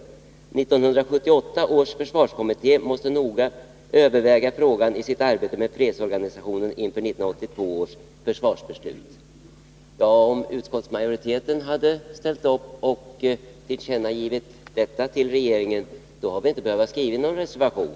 1978 års försvarskommitté måste överväga frågan i sitt arbete med fredsorganisationen inför 1982 års försvarsbeslut.” Om utskottsmajoriteten hade velat tillkännage detta för regeringen, hade vi inte behövt skriva någon reservation.